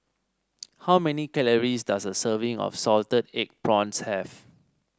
how many calories does a serving of Salted Egg Prawns have